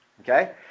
Okay